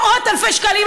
מאות אלפי שקלים,